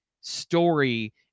story